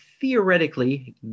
theoretically